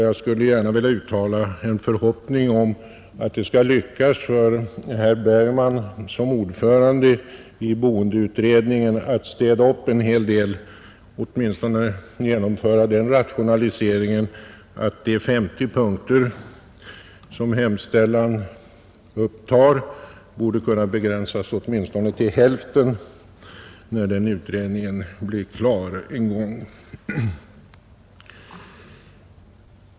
Jag skulle gärna vilja uttala en förhoppning att det skall lyckas för herr Bergman som ordförande i boendeutredningen att städa upp en hel del och åtminstone genomföra den rationaliseringen att de 50 punkter som hemställan upptar kan begränsas till åtminstone hälften när utredningen en gång blir klar.